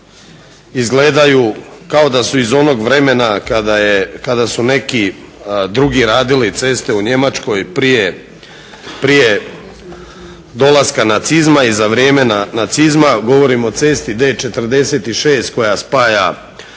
izgledaju kao da su iz onog vremena kada su neki drugi radili ceste u Njemačkoj prije dolaska nacizma i za vrijeme nacizma. Govorim o cesti D46 koja spaja Đakovo